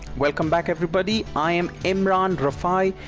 welcome back everybody. i am imran rafai,